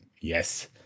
Yes